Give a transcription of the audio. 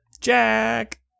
Jack